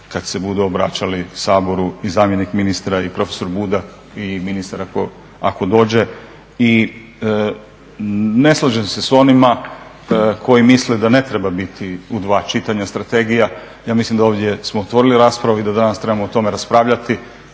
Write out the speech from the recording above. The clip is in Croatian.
kad se budu obraćali Saboru i zamjenik ministra, i profesor Budak i ministar ako dođe. I ne slažem se s onima koji misle da ne treba biti u dva čitanja strategija, ja mislim da ovdje smo otvorili raspravu i da danas trebamo o tome raspravljati